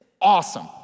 awesome